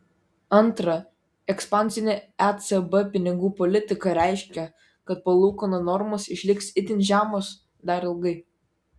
antra ekspansinė ecb pinigų politika reiškia kad palūkanų normos išliks itin žemos dar ilgai